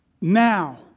now